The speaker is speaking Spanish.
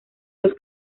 los